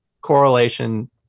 correlation